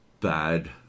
bad